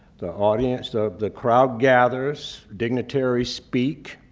the audience the the crowd gathers, dignitaries speak.